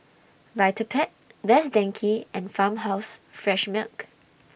Vitapet Best Denki and Farmhouse Fresh Milk